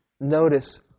notice